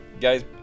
guys